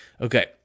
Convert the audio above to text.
okay